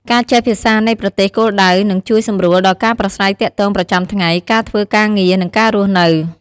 ការចេះភាសានៃប្រទេសគោលដៅនឹងជួយសម្រួលដល់ការប្រាស្រ័យទាក់ទងប្រចាំថ្ងៃ ការធ្វើការងារ និងការរស់នៅ។